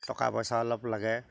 টকা পইচা অলপ লাগে